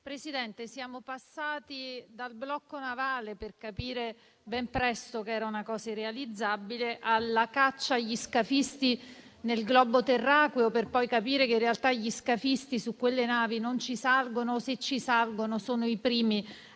Presidente, siamo passati dal blocco navale, per capire ben presto che era una cosa irrealizzabile, alla caccia agli scafisti nel globo terracqueo, per poi capire che in realtà gli scafisti su quelle navi non ci salgono o, se ci salgono, sono i primi